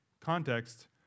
context